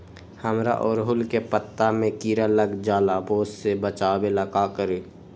हमरा ओरहुल के पत्ता में किरा लग जाला वो से बचाबे ला का करी?